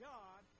God